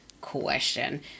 question